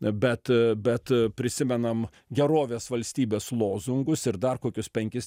bet bet prisimenam gerovės valstybės lozungus ir dar kokius penkis